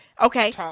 Okay